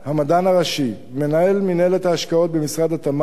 המדען הראשי ומנהל מינהלת ההשקעות במשרד התמ"ת